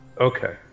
Okay